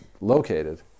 located